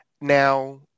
Now